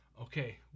okay